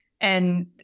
And-